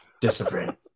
Discipline